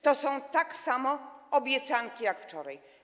To są takie same obiecanki jak wczoraj.